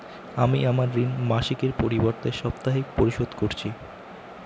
আমি আমার ঋণ মাসিকের পরিবর্তে সাপ্তাহিক পরিশোধ করছি